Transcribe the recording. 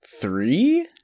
three